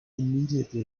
immediately